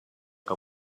que